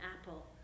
apple